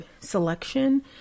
selection